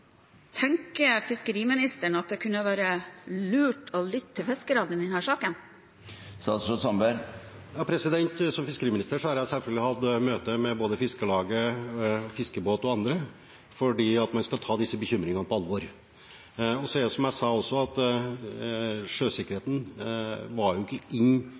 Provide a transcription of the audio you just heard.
saken? Som fiskeriminister har jeg selvfølgelig hatt møte med både Fiskarlaget, Fiskebåt og andre, fordi man skal ta disse bekymringene på alvor. Som jeg sa, var sjøsikkerheten ikke inne i de kriteriene som ble vedtatt i 2011, dette har kommet i ettertid. Det tror jeg er veldig viktig at